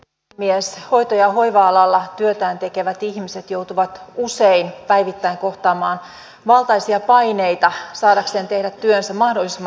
hoito ja hoiva alalla työtään tekevät ihmiset joutuvat usein päivittäin kohtaamaan valtaisia paineita saadakseen tehdä työnsä mahdollisimman hyvin